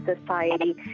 society